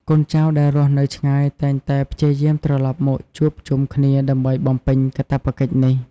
កូនចៅដែលរស់នៅឆ្ងាយតែងតែព្យាយាមត្រឡប់មកជួបជុំគ្នាដើម្បីបំពេញកាតព្វកិច្ចនេះ។